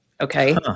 Okay